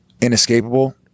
inescapable